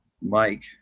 Mike